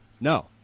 no